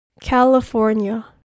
California